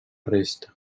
resta